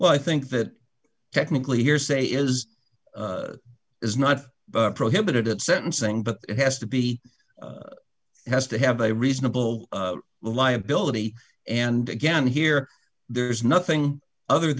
well i think that technically hearsay is is not prohibited at sentencing but it has to be has to have a reasonable liability and again here there's nothing other